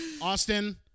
Austin